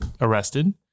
arrested